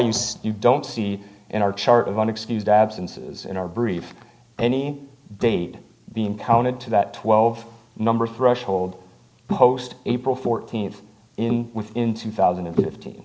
say you don't see in our chart of one excused absences in our brief any date being counted to that twelve number threshold post april fourteenth in in two thousand and fift